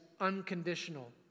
unconditional